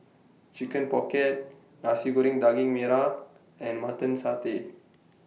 Chicken Pocket Nasi Goreng Daging Merah and Mutton Satay